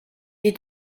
est